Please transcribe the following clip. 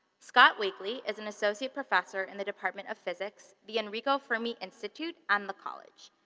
scott wakely is an associate professor in the department of physics, the enrico fermi institute, and the college.